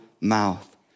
mouth